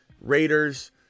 Raiders